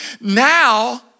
now